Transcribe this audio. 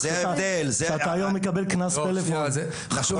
היום כשאתה מקבל קנס על פלאפון --- זה נכון